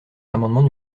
l’amendement